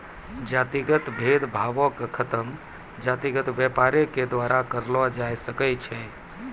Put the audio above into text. जातिगत भेद भावो के खतम जातिगत व्यापारे के द्वारा करलो जाय सकै छै